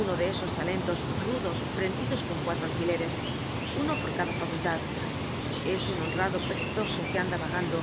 uno de esos talentos rudos prendidos con cuatro alfileres uno por cada facultad es un honrado perezoso que anda vagando